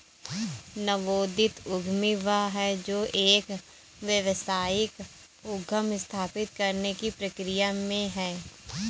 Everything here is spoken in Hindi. नवोदित उद्यमी वह है जो एक व्यावसायिक उद्यम स्थापित करने की प्रक्रिया में है